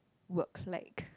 work like